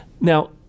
now